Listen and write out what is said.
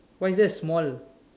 why is that small